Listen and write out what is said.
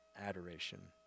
adoration